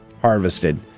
harvested